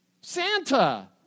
Santa